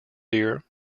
dear